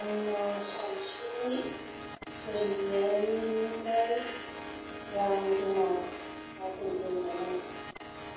आंनाव सानसुलि सोरगियारिनिफ्राय रां जमा जाफैदों नामा